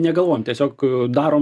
negalvojam tiesiog darom